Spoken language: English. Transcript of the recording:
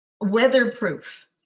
weatherproof